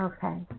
Okay